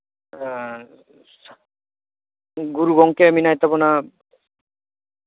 ᱜᱩᱨᱩ ᱜᱚᱝᱠᱮ ᱢᱮᱱᱟᱭ ᱛᱟᱵᱚᱱᱟ